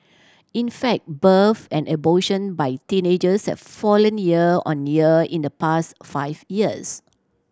in fact births and abortion by teenagers have fallen year on year in the past five years